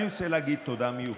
אני רוצה להגיד תודה מיוחדת.